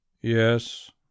yes